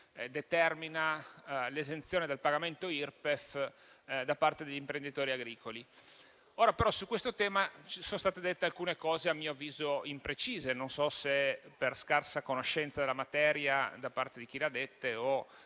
determina l'esenzione del pagamento Irpef da parte degli imprenditori agricoli. Su questo tema, però, sono state dette alcune cose a mio avviso imprecise, non so se per scarsa conoscenza della materia da parte di chi le ha dette